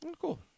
Cool